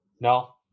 No